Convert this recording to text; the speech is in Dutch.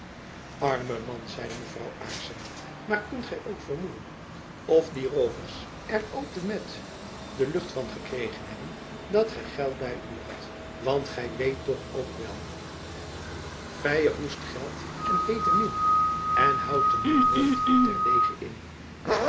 arme man zeide mevrouw aarssen maar kunt gy ook vermoeden of die roovers er al te met de lucht van gekregen hebben dat gy geld by u hadt want gy weet toch ook wel jacob van lennep elizabeth musch vyer hoest gelt en heete min en houtmen noyt ter degen in